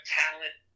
talent